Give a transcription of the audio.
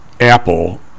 Apple